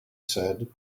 said